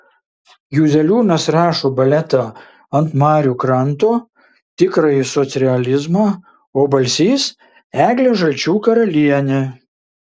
juzeliūnas rašo baletą ant marių kranto tikrąjį socrealizmą o balsys eglę žalčių karalienę